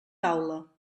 taula